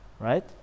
right